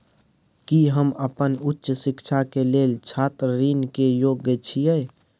की हम अपन उच्च शिक्षा के लेल छात्र ऋण के योग्य छियै?